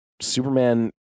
Superman